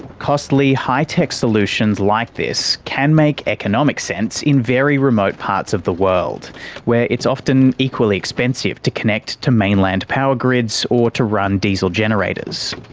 costly, high-tech solutions like this can make economic sense in very remote parts of the world where it's often equally expensive to connect to mainland power grids, or to run diesel generators.